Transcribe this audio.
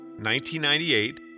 1998